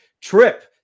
Trip